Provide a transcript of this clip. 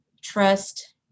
trust